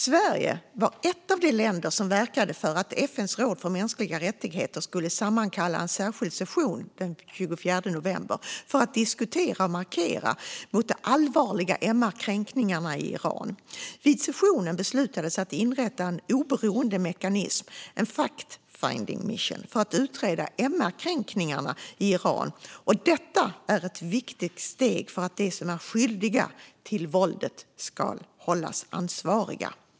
Sverige var ett av de länder som verkade för att FN:s råd för mänskliga rättigheter skulle sammankalla en särskild session den 24 november för att diskutera och markera mot de allvarliga MR-kränkningarna i Iran. Vid sessionen beslutades att inrätta en oberoende mekanism, en fact finding mission, för att utreda MR-kränkningarna i Iran. Det är ett viktigt steg för att de som är skyldiga till våldet ska hållas ansvariga.